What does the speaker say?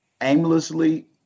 aimlessly